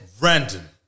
random